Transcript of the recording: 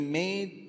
made